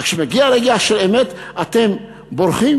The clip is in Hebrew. אבל כשמגיע רגע של אמת אתם בורחים?